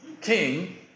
king